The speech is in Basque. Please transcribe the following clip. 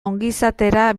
ongizatera